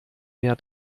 mehr